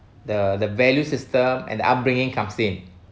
the the value system and the upbringing comes in